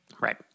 Right